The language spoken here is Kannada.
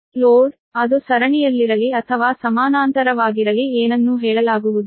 ಲೋಡ್ ಅದು ಸರಣಿಯಲ್ಲಿರಲಿ ಅಥವಾ ಸಮಾನಾಂತರವಾಗಿರಲಿ ಏನನ್ನೂ ಹೇಳಲಾಗುವುದಿಲ್ಲ